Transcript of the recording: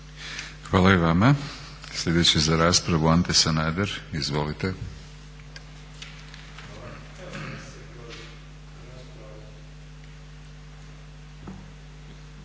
Hvala i vama. Sljedeći za raspravu Ante Sanader. Izvolite.